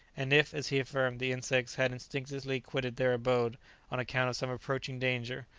and if, as he affirmed, the insects had instinctively quitted their abode on account of some approaching danger,